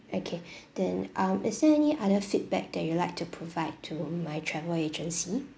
okay then um is there any other feedback that you would like to provide to my travel agency